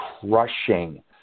crushing